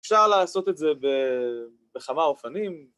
אפשר לעשות את זה בכמה אופנים.